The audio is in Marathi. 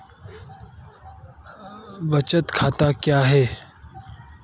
बचत खाते काय आहे?